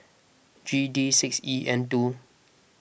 G D six E N two